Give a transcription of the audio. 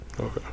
Okay